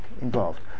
involved